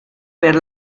per